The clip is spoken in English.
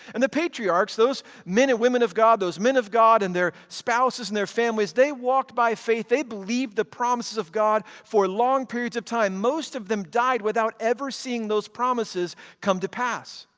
and the patriarchs, those men and women of god, those men of god and their spouses and their families, they walked by faith. they believed the promises of god for long periods of time. most of them died without ever seeing those promises come to pass,